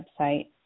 website